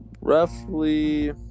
roughly